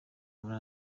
muri